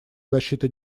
защиты